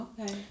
Okay